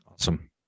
Awesome